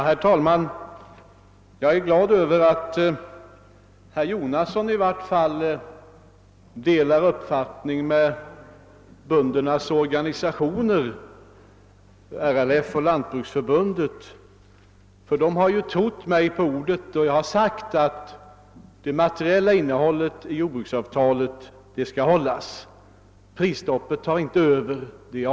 Herr talman! Jag är glad över att i varje fall herr Jonasson delar den uppfattning som böndernas organisation RLF och Lantbruksförbundet givit uttryck åt, ty de har trott mig på mitt ord när jag sagt att det materiella innehållet i jordbruksuppgörelsen skall bibehållas — prisstoppet tar inte över detta.